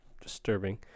Disturbing